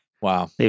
Wow